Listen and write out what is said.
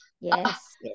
Yes